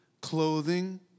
clothing